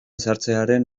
sartzearen